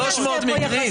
300 מקרים.